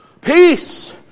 Peace